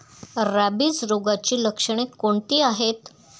Rabies रोगाची लक्षणे कोणती आहेत?